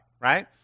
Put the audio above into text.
right